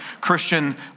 Christian